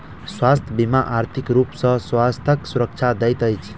स्वास्थ्य बीमा आर्थिक रूप सॅ स्वास्थ्यक सुरक्षा दैत अछि